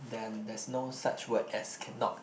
done there's no such word as cannot